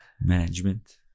Management